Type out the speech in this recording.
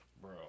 Bro